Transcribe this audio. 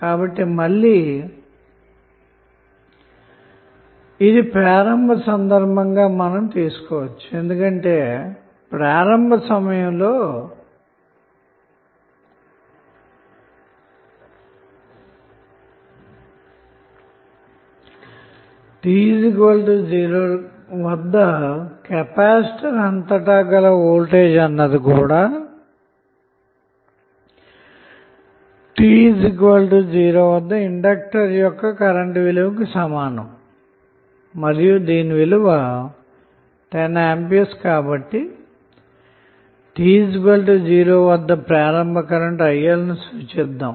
కాబట్టి ప్రారంభ సమయంలో అనగా t 0 వద్ద కెపాసిటర్ అంతటా గల వోల్టేజ్ అన్నది t 0 వద్ద ఇండక్టర్ యొక్క కరెంట్ విలువ కి సమానం మరియు కరెంటు విలువ 10 A కాబట్టి t 0 వద్ద ప్రారంభ కరెంట్ ను సూచిద్దాము